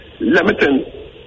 Limiting